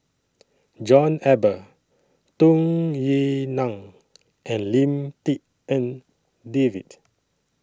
John Eber Tung Yue Nang and Lim Tik En David